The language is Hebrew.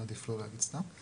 אני מעדיף לא לומר סתם.